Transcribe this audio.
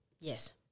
Yes